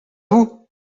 vous